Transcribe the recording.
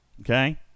Okay